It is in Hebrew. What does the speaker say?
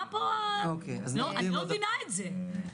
אני לא מבינה את זה.